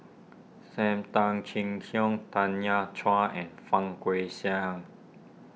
Sam Tan Chin Siong Tanya Chua and Fang Guixiang